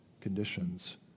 conditions